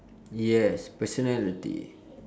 yes personality